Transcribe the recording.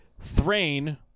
Thrain